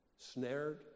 snared